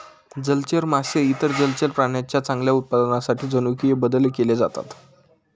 जलचर मासे आणि इतर जलचर प्राण्यांच्या चांगल्या उत्पादनासाठी जनुकीय बदल केले जातात